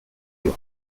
you